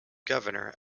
governor